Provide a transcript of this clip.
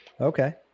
Okay